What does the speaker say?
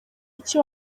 iki